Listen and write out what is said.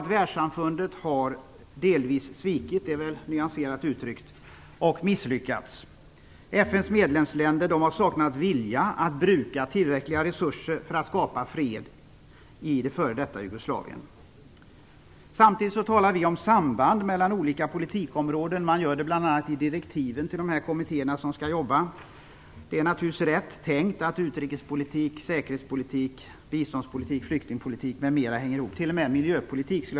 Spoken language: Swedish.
Världssamfundet har delvis svikit - det är nyanserat uttryckt - och misslyckats. FN:s medlemsländer har saknat vilja att bruka tillräckliga resurser för att skapa fred i det f.d. Jugoslavien. Samtidigt talar vi om samband mellan olika politikområden. Man gör det bl.a. i direktiven till de kommittéer som skall jobba. Det är naturligtvis rätt tänkt att utrikespolitik, säkerhetspolitik, biståndspolitik, flyktingpolitik, m.m. hänger ihop, och t.o.m. miljöpolitik.